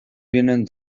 vienen